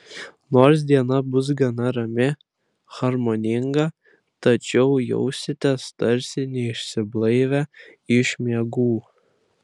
nors diena bus gana rami harmoninga tačiau jausitės tarsi neišsiblaivę iš miegų